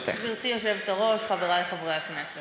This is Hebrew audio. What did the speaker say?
כי בסוף הדיון תהיה לך פה אפשרות לסכם את הדיון.